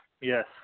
Yes